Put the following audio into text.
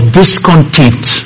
discontent